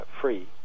free